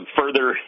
further